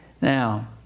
Now